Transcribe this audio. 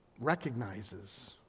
recognizes